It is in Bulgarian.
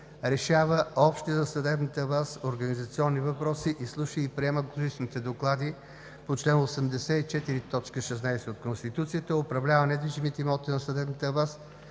решава общи за съдебната власт организационни въпроси, изслушва и приема годишните доклади по чл. 84, т. 16 от Конституцията, управлява недвижимите имоти на съдебната власт,